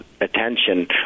attention